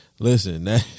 listen